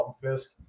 Fisk